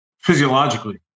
physiologically